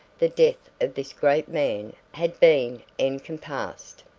the death of this great man had been encompassed.